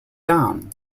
down